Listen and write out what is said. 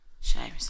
Shame